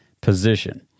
position